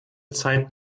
zeit